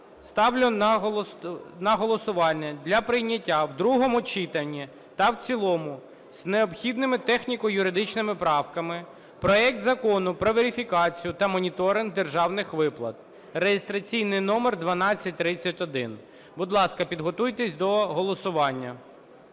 ставлю на голосування для прийняття в другому читанні та в цілому з необхідними техніко-юридичними правками проект Закону про верифікацію та моніторинг державних виплат (реєстраційний номер 1231). Будь ласка, підготуйтесь до голосування.